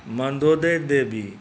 Mandodari Devi